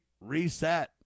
Reset